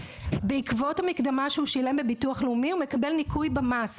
ובעקבות המקדמה שהוא שילם בביטוח הלאומי הוא מקבל ניכוי אצלנו,